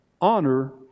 Honor